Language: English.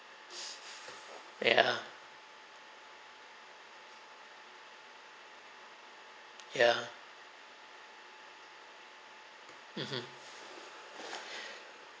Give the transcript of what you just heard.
ya ya mmhmm